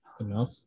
enough